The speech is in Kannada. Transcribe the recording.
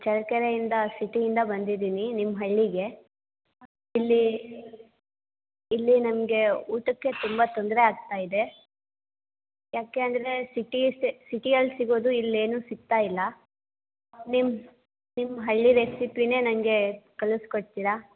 ಚಳ್ಳಕೆರೆಯಿಂದ ಸಿಟಿಯಿಂದ ಬಂದಿದ್ದೀನಿ ನಿಮ್ಮ ಹಳ್ಳಿಗೆ ಇಲ್ಲಿ ಇಲ್ಲಿ ನಮಗೆ ಊಟಕ್ಕೆ ತುಂಬ ತೊಂದರೆ ಆಗ್ತಾಯಿದೆ ಯಾಕೆ ಅಂದರೆ ಸಿಟಿ ಸಿಟಿಯಲ್ಲಿ ಸಿಗೋದು ಇಲ್ಲೇನೂ ಸಿಗ್ತಾಯಿಲ್ಲ ನಿಮ್ಮ ನಿಮ್ಮ ಹಳ್ಳಿ ರೆಸಿಪಿಯೇ ನಂಗೆ ಕಲಿಸ್ಕೊಡ್ತೀರಾ